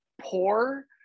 poor